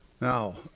Now